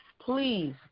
please